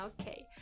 Okay